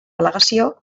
al·legació